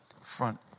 front